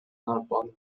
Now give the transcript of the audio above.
банк